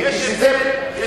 בין להיות לא-ציונים לבין אנטי,